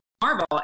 Marvel